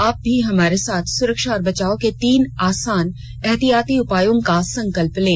आप भी हमारे साथ सुरक्षा और बचाव के तीन आसान एहतियाती उपायों का संकल्प लें